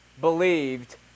believed